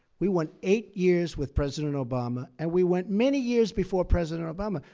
we went eight years with president obama, and we went many years before president obama.